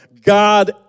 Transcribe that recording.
God